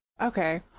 Okay